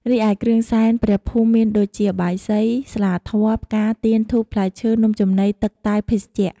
រីឯគ្រឿងសែនព្រះភូមិមានដូចជាបាយសី ស្លាធម៌ ផ្កា ទៀន ធូប ផ្លែឈើ នំចំណី ទឹក តែ ភេសជ្ជៈ ។